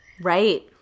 Right